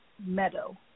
meadow